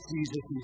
Jesus